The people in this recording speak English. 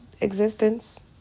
existence